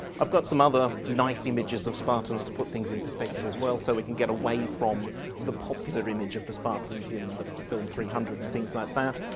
i've got some other nice images of spartans to put things in perspective as well so we can get away from the popular image of the spartans in the film three hundred and things like that.